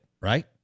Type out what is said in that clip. right